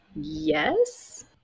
Yes